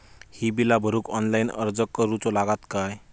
ही बीला भरूक ऑनलाइन अर्ज करूचो लागत काय?